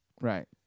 right